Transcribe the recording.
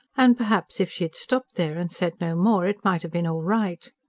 and perhaps if she had stopped there, and said no more, it might have been all right.